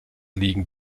liegen